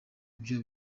ibyo